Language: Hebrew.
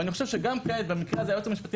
אני חושב שגם כעת במקרה הזה היועץ המשפטי